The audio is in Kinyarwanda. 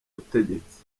butegetsi